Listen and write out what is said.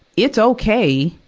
it's okay